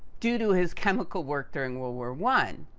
due to his chemical work during world war one,